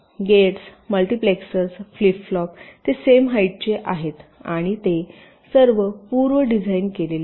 gates multiplexers flip flop ते same हाईटचे आहेत आणि ते सर्व पूर्व डिझाइन केलेले आहेत